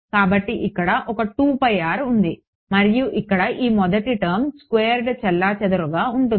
కాబట్టి ఇక్కడ ఒక ఉంది మరియు ఇక్కడ ఈ మొదటి పదం స్క్వేర్డ్ చెల్లాచెదురుగా ఉంటుంది